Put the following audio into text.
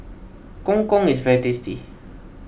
Gong Gong is very tasty